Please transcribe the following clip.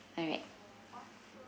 alright